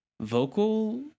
vocal